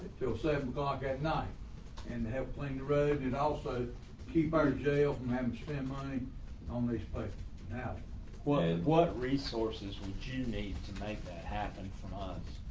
till seven o'clock at night and have playing the road and also keep our jail from amsterdam i only play now what what resources would you need to make that happen from us?